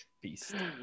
beast